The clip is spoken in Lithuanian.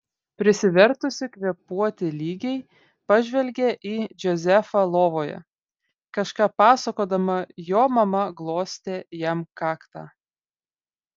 prisivertusi kvėpuoti lygiai pažvelgė į džozefą lovoje kažką pasakodama jo mama glostė jam kaktą